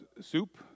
soup